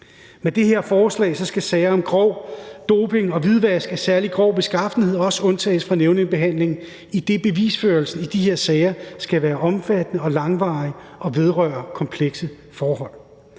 Med det her forslag skal sager om grov doping og hvidvask af særlig grov beskaffenhed også undtages fra nævningebehandling, idet bevisførelsen i de her sager skal være omfattende og langvarig og vedrøre komplekse forhold.